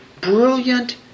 brilliant